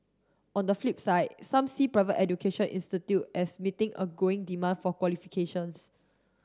on the flip side some see private education institute as meeting a growing demand for qualifications